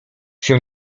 się